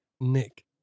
Nick